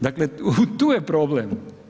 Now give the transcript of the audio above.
Dakle tu je problem.